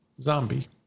zombie